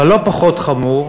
אבל לא פחות חמור,